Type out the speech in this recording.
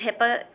HIPAA